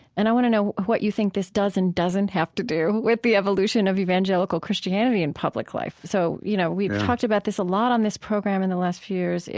and i want to know what you think this does and doesn't have to do with the evolution of evangelical christianity in public life so, you know, we've talked about this a lot on this program in the last few years.